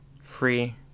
free